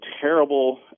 terrible